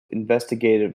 investigative